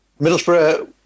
Middlesbrough